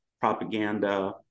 propaganda